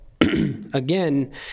again